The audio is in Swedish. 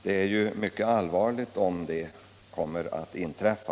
Det är ju mycket allvarligt Västerbotten, om det kommer att inträffa.